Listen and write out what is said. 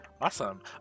Awesome